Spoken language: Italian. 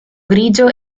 grigio